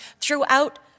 throughout